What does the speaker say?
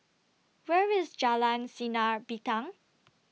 Where IS Jalan Sinar Bintang